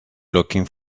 looking